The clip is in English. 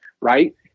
right